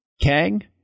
Kang